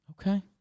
okay